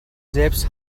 selbst